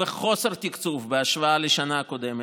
הם בחוסר תקצוב בהשוואה לשנה הקודמת,